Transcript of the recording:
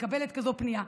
מקבלת כזאת פנייה.